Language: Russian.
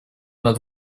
над